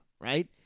right